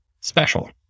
special